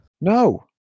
No